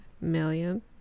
million